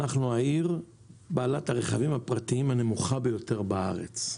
העיר עם מספר הרכבים הפרטיים הנמוך ביותר בארץ.